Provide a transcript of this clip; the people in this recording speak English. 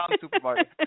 supermarket